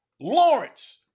lawrence